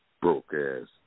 broke-ass